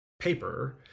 paper